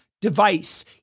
device